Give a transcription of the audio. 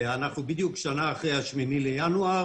ואנחנו בדיוק שנה אחרי ה-8 בינואר